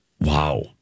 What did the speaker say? Wow